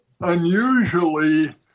unusually